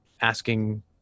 asking